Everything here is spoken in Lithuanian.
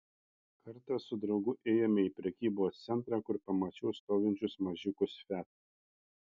kartą su draugu ėjome į prekybos centrą kur pamačiau stovinčius mažiukus fiat